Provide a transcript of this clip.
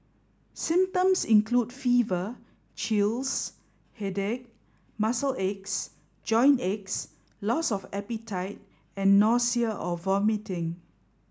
symptoms include fever chills headache muscle aches joint aches loss of appetite and nausea or vomiting